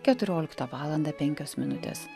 keturioliktą valandą penkios minutės